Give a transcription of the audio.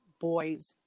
boy's